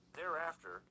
Thereafter